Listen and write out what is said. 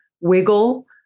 wiggle